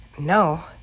No